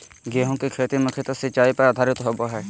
गेहूँ के खेती मुख्यत सिंचाई पर आधारित होबा हइ